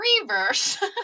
Reverse